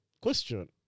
Question